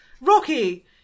Rocky